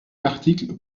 l’article